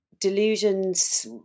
delusions